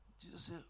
Jesus